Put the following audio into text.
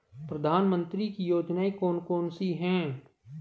प्रधानमंत्री की योजनाएं कौन कौन सी हैं?